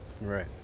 right